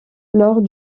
lors